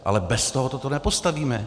Ale bez tohoto to nepostavíme.